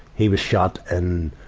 he was shot in